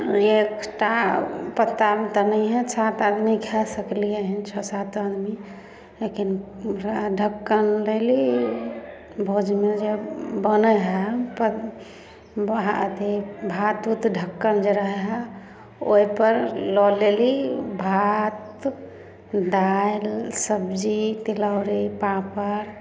एकटा पत्ता ओ तऽ नहिए सात आदमी खाए सकलियै हँ छओ सात आदमी लेकिन ढक्कन लेली भोजमे बनै हइ तऽ भात उत भात उत ढक्कल जे रहै हइ ओहिपर लऽ लेली भात दालि सब्जी तिलौड़ी पापड़